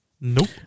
Nope